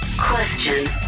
question